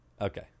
Okay